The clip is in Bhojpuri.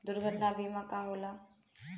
दुर्घटना बीमा का होला?